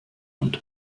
und